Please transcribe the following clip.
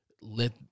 let